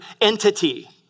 entity